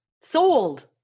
sold